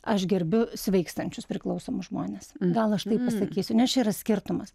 aš gerbiu sveikstančius priklausomus žmones gal aš taip pasakysiu nes čia yra skirtumas